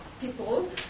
people